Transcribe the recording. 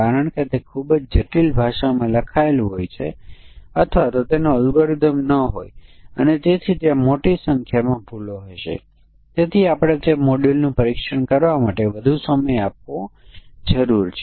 0 મૂલ્ય એ ઇનપુટ છે તેથી ફંક્શનનું નામ quad solver છે ત્રણ પરિમાણો લે છે અને સોલ્યુશન દર્શાવે છે